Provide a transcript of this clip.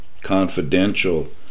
confidential